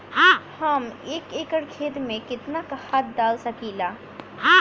हम एक एकड़ खेत में केतना खाद डाल सकिला?